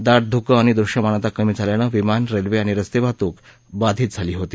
दाट धुकं आणि दृष्यमानता कमी झाल्यानं विमान रस्तिआणि रस्तवाहतूक बाधित झाली होती